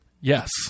yes